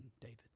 David